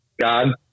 God